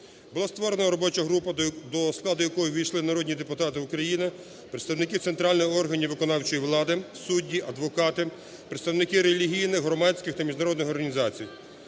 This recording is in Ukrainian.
Була створена робоча група, до складу якої увійшли народні депутати України, представники центральних органів виконавчої влади, судді, адвокати, представники релігійних, громадських та міжнародних організацій.